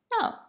no